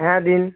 হ্যাঁ দিন